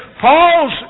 Paul's